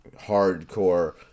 hardcore